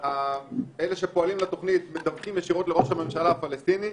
אלה שפועלים על התוכנית מדווחים ישירות לראש הממשלה הפלסטיני,